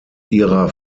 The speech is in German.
ihrer